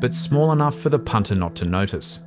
but small enough for the punter not to notice